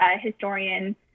historian